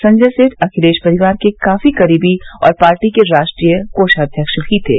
संजय सेठ अखिलेश परिवार के काफी करीबी और पार्टी के राष्ट्रीय कोषाध्यक्ष भी थे